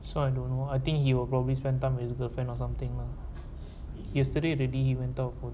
so I don't know I think he will probably spent time his girlfriend or something mah yesterday the day he went out